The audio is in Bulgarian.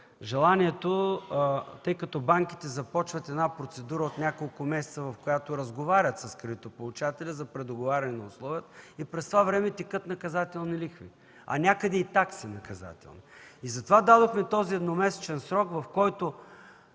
текст, тъй като банките започват процедура от няколко месеца, в която разговарят с кредитополучателя за предоговаряне на условията, а през това време текат наказателни лихви, а някъде и такси. Затова дадохме този едномесечен срок, в който